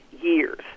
years